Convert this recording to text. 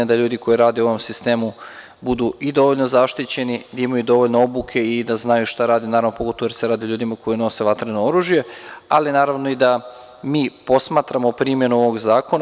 Da ljudi koji rade u tom sistemu budu i dovoljno zaštićeni, da imaju dovoljno obuke i da znaju šta rade, pogotovo jer se rade o ljudima koji nose vatreno oružje, ali naravno i da mi posmatramo primenu ovog zakona.